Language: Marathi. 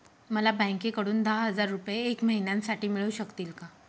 मला बँकेकडून दहा हजार रुपये एक महिन्यांसाठी मिळू शकतील का?